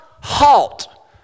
halt